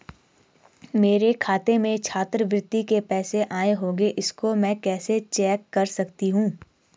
मेरे खाते में छात्रवृत्ति के पैसे आए होंगे इसको मैं कैसे चेक कर सकती हूँ?